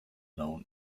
known